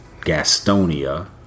Gastonia